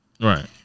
Right